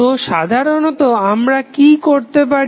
তো সাধারণত আমরা কি করি